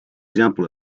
example